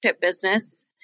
business